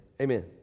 amen